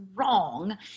wrong